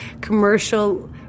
commercial